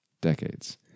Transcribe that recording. decades